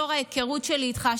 לאור ההיכרות שלי איתך,